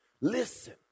Listen